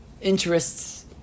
interests